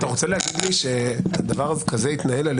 אתה רוצה להגיד לי שדבר כזה התנהל על